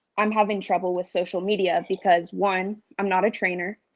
i'm having trouble with social media because one, i'm not a trainer,